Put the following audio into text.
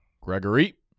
Gregory